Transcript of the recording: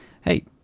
Hey